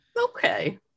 Okay